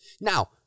Now